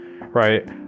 right